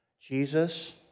Jesus